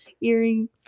earrings